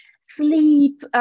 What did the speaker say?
sleep